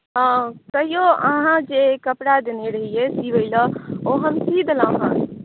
हँ तैयो अहाँ जे कपड़ा देने रहियै सियैले ओ हम सी देलहुँ हेँ